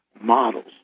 models